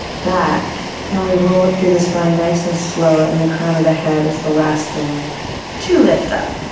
back and we roll up through the spine nice and slow, and the crown of the head is the last thing to lift up.